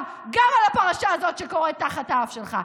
גם על הפרשה הזאת שקורית תחת האף שלך.